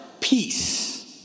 peace